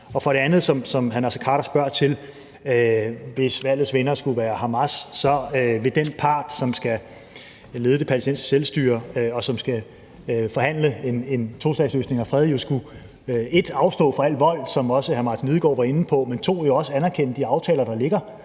Og for det andet, som hr. Naser Khader spørger til, hvis valgets vinder skulle være Hamas, så vil den part, som skal lede det palæstinensiske selvstyre, og som skal forhandle en tostatsløsning og fred, jo 1) skulle afstå fra al vold, som også hr. Martin Lidegaard var inde på, 2) anerkende de aftaler, der ligger